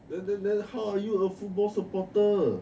then then how are you a football supporter